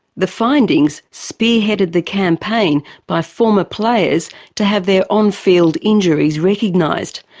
the findings spearheaded the campaign by former players to have their on-field injuries recognised.